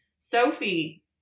Sophie